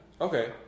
Okay